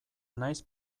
naiz